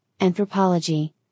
anthropology